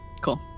Cool